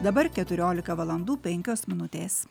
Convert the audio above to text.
dabar keturiolika valandų penkios minutės